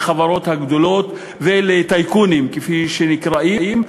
לחברות הגדולות ולטייקונים כפי שהם נקראים,